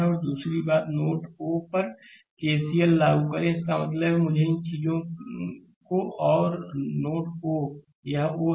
अब दूसरी बात नोड ओ पर केसीएल लागू करें इसका मतलब है मुझे इन चीजों को आर नोड ओ है यह ओ है